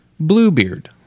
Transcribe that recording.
Bluebeard